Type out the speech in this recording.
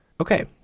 Okay